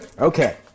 Okay